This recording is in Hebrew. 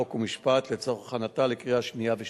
חוק ומשפט לצורך הכנתה לקריאה שנייה ושלישית.